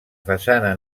façana